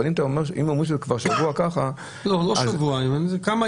אבל אם זה כבר שבוע בתוקף זה לא שבוע,